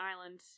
island